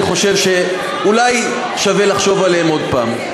אני חושב שאולי שווה לחשוב עליהם עוד פעם.